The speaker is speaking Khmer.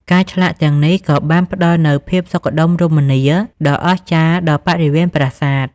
ការឆ្លាក់ទាំងនេះក៏បានផ្តល់នូវភាពសុខដុមរមនាដ៏អស្ចារ្យដល់បរិវេណប្រាសាទ។